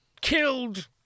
killed